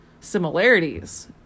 similarities